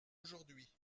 aujourd’hui